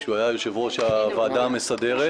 כשהוא היה יושב-ראש הוועדה המסדרת.